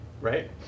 right